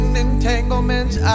entanglements